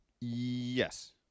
Yes